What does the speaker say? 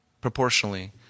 proportionally